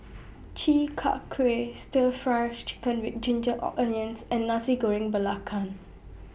Chi Kak Kuih Stir Fry Chicken with Ginger Or Onions and Nasi Goreng Belacan